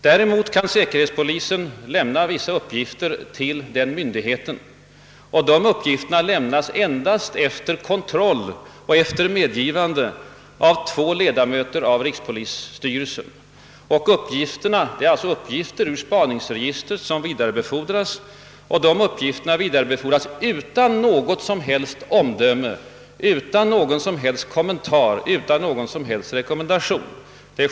Däremot kan säkerhetspolisen lämna uppgifter till myndigheten, men de uppgifterna lämnas endast efter kontroll och medgivande av två ledamöter av rikspolisstyrelsen. Sådana uppgifter ur spaningsregistret vidarebefordras utan något som helst omdöme, utan någon som helst kommentar eller rekommendation.